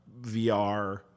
VR